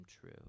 true